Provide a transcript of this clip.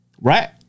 right